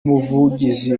muvugizi